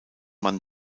man